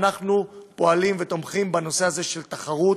אנחנו פועלים ותומכים בנושא הזה של תחרות,